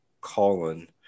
Colin